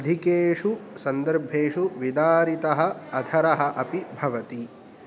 अधिकेषु सन्दर्भेषु विदारितः अधरः अपि भवति